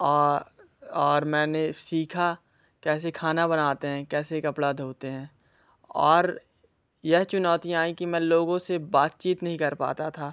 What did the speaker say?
और और मैंने सीखा कैसे खाना बनाते हैं कैसे कपड़ा धोते हैं और यह चुनौतियाँ आई कि मैं लोगो से बातचीत नहीं कर पाता था